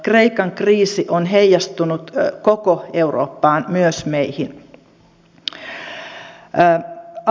kreikan kriisi on heijastunut koko eurooppaan myös meihin